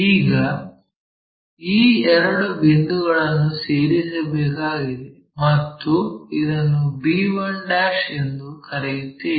ಈಗ ಈ ಎರಡು ಬಿಂದುಗಳನ್ನು ಸೇರಿಸಬೇಕಾಗಿದೆ ಮತ್ತು ಇದನ್ನು b1 ಎಂದು ಕರೆಯುತ್ತೇವೆ